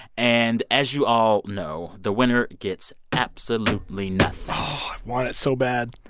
and as you all know, the winner gets absolutely nothing i want it so bad